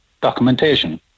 documentation